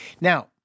Now